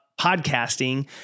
podcasting